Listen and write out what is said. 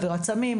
עבירת סמים,